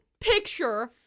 picture